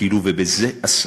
כאילו בזה עסקנו.